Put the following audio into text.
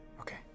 Okay